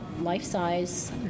life-size